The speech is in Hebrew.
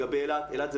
אילת,